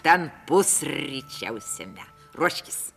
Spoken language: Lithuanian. ten pusryčiausime ruoškis